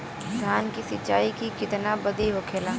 धान की सिंचाई की कितना बिदी होखेला?